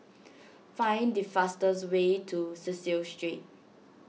find the fastest way to Cecil Street